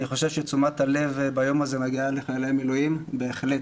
אני חושב שתשומת הלב ביום הזה מגיעה לחיילי המילואים בהחלט.